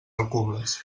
alcubles